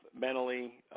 mentally